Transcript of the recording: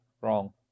wrong